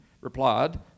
replied